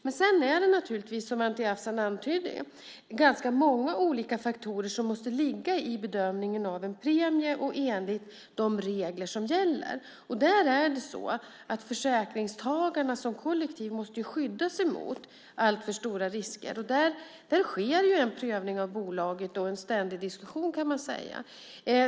Men sedan är det ju, som Anti Avsan antyder, ganska många olika faktorer som måste ligga i bedömningen av en premie enligt de regler som gäller. Där är det så att försäkringstagarna som kollektiv måste skydda sig mot alltför stora risker. Där sker det en prövning av bolaget och en ständig diskussion, kan man säga.